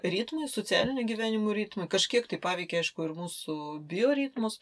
ritmai socialinio gyvenimo ritmai kažkiek tai paveikė aišku ir mūsų bioritmus